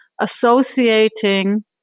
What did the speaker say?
associating